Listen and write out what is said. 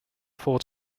full